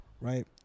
right